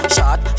Shot